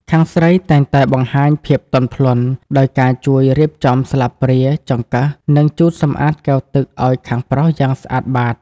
ខាងស្រីតែងតែបង្ហាញភាពទន់ភ្លន់ ដោយការជួយរៀបចំស្លាបព្រា ចង្កឹះ និងជូតសម្អាតកែវទឹកឱ្យខាងប្រុសយ៉ាងស្អាតបាត។